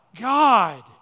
God